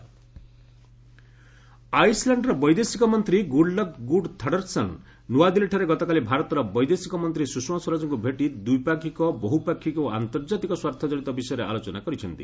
Iceland India ଆଇସ୍ଲାଣ୍ଡର ବୈଦେଶିକ ମନ୍ତ୍ରୀ ଗୁଡଲକ୍ ଗୁଡ୍ ଥର୍ଡରସନ୍ ନ୍ନଆଦିଲ୍ଲୀଠାରେ ଗତକାଲି ଭାରତର ବୈଦେଶିକ ମନ୍ତ୍ରୀ ସୁଷମା ସ୍ୱରାଜଙ୍କୁ ଭେଟି ଦ୍ୱିପାକ୍ଷିକ ବହୁପାକ୍ଷିକ ଓ ଆନ୍ତର୍ଜାତିକ ସ୍ୱାର୍ଥଜଡିତ ବିଷୟରେ ଆଲୋଚନା କରିଛନ୍ତି